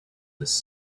this